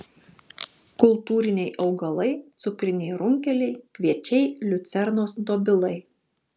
kultūriniai augalai cukriniai runkeliai kviečiai liucernos dobilai